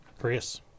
Chris